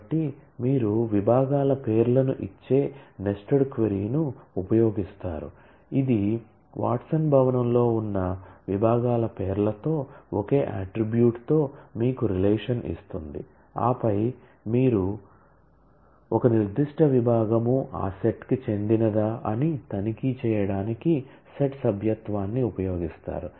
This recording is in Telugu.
కాబట్టి మీరు విభాగాల పేర్లను ఇచ్చే నెస్టెడ్ క్వరీను ఉపయోగిస్తారు ఇది వాట్సన్ భవనంలో ఉన్న విభాగాల పేర్లతో ఒకే అట్ట్రిబ్యూట్ తో మీకు రిలేషన్ ఇస్తుంది ఆపై మీరు ఒక నిర్దిష్ట విభాగం ఆ సెట్కు చెందినదా అని తనిఖీ చేయడానికి సెట్ సభ్యత్వాన్ని ఉపయోగిస్తారు